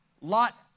Lot